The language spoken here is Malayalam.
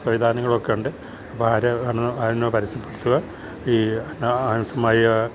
സവിധാനങ്ങളൊക്കെ ഉണ്ട് അപ്പം ആര് അന്ന് പരസ്യപ്പെട്ത്ത്കാ ഈ